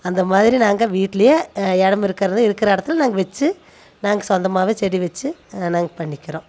அந்த மாதிரி நாங்கள் வீட்டுலேயே இடம் இருக்கிறது இருக்கிற இடத்தில் நாங்கள் வச்சு நாங்கள் சொந்தமாகவே செடி வச்சு நாங்கள் பண்ணிக்கிறோம்